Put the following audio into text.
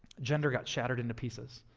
gender got shattered into pieces.